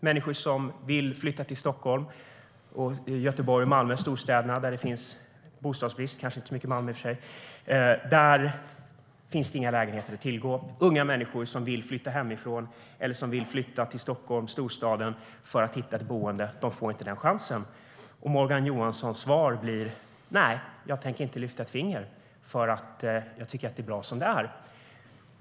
Människor vill flytta till storstäderna, där det finns bostadsbrist, men där finns det inga lägenheter att tillgå. Unga människor som vill flytta hemifrån eller som vill flytta till Stockholm får inte den chansen. Herr talman!